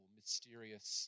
mysterious